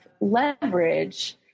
leverage